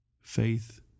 faith